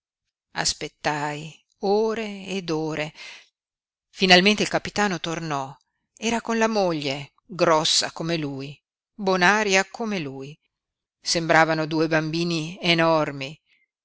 sangue aspettai ore ed ore finalmente il capitano tornò era con la moglie grossa come lui bonaria come lui sembravano due bambini enormi